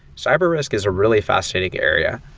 cyber risk is a really fascinating area.